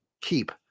keep